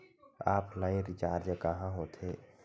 Offline recharge कहां होथे?